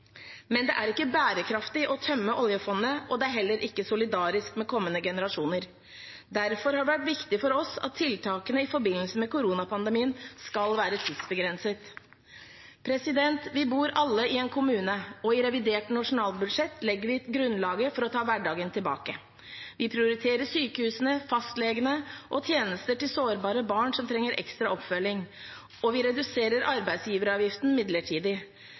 Men det er ikke bærekraftig å tømme oljefondet, og det er heller ikke solidarisk med kommende generasjoner. Derfor har det vært viktig for oss at tiltakene i forbindelse med koronapandemien skal være tidsbegrenset. Vi bor alle i en kommune, og i revidert nasjonalbudsjett legger vi grunnlaget for å ta hverdagen tilbake. Vi prioriterer sykehusene, fastlegene og tjenester til sårbare barn som trenger ekstra oppfølging, og vi reduserer arbeidsgiveravgiften midlertidig.